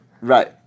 Right